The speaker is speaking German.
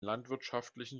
landwirtschaftlichen